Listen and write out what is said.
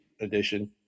edition